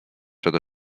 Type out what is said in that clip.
przed